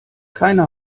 keiner